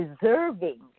deserving